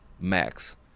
max